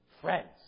friends